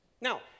Now